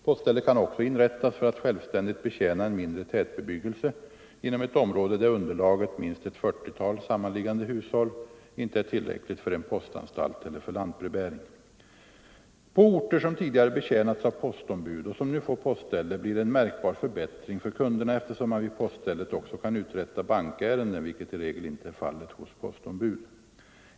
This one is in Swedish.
Postställe kan också inrättas för att självständigt betjäna en mindre tätbebyggelse inom ett område där underlaget — minst ett 40-tal sammanliggande hushåll — inte är tillräckligt för en postanstalt eller för lantbrevbäring. På orter som tidigare betjänats av postombud och som nu får postställe blir det en märkbar förbättring för kunderna, eftersom man vid poststället också kan uträtta bankärenden, vilket i regel inte är fallet hos postombud.